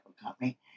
company